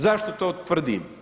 Zašto to tvrdim?